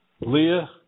Leah